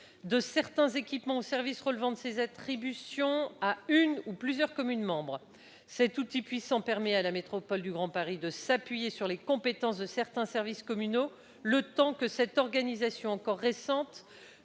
de certains équipements ou services relevant de ses attributions à une ou plusieurs communes membres. Cet outil puissant permet à cette métropole de s'appuyer sur les compétences de certains services communaux, le temps que cette organisation encore récente